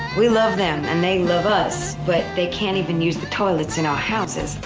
we love them and they love us, but they can't even use the toilets in our houses.